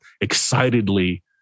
excitedly